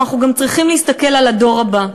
אנחנו גם צריכים להסתכל על הדור הבא,